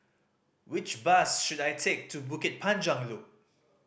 which bus should I take to Bukit Panjang Loop